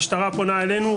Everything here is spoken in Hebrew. המשטרה פונה אלינו,